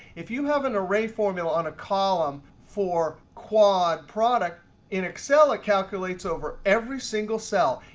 if you have an array formula on a column for quad product, in excel, it calculates over every single cell,